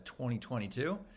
2022